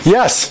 Yes